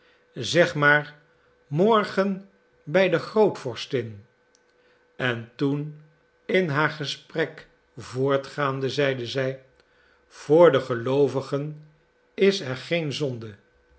zeg maar morgen bij de grootvorstin en toen in haar gesprek voortgaande zeide zij voor de geloovigen is er geen zonde